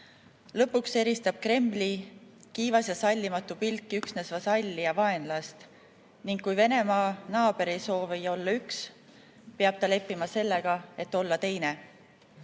"Lõpuks eristab Kremli kiivas ja sallimatu pilk üksnes vasalli ja vaenlast ning kui Venemaa naaber ei soovi olla üks, peab ta leppima sellega, et olla teine."